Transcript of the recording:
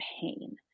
pain